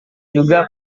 juga